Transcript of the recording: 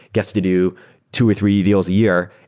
gets to do two or three deals a year.